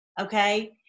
okay